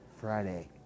Friday